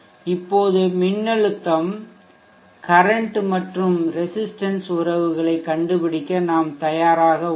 இப்போது மின்னழுத்தம் கரன்ட் மற்றும் ரெசிஸ்ட்டன்ஸ் உறவுகளைக் கண்டுபிடிக்க நாம் தயாராக உள்ளோம்